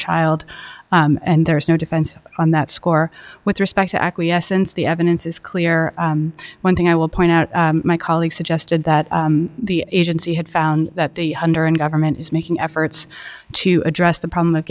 child and there is no defense on that score with respect to acquiescence the evidence is clear one thing i will point out my colleague suggested that the agency had found that the under and government is making efforts to address the problem